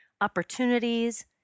opportunities